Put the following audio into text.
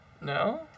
No